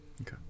Okay